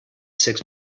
six